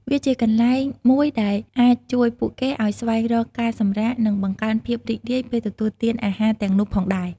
វាជាកន្លែងមួយដែលអាចជួយពួកគេឲ្យស្វែងរកការសម្រាក និងបង្កើនភាពរីករាយពេលទទួលទានអាហារទាំងនោះផងដែរ។